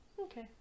Okay